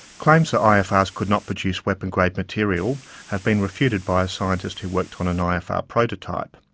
claims that ifrs could not produce weapon-grade material have been refuted by a scientist who worked on an ifr prototype.